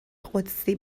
قدسی